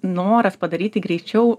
noras padaryti greičiau